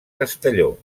castelló